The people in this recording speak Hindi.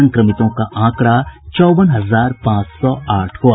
संक्रमितों का आंकड़ा चौवन हजार पांच सौ आठ हुआ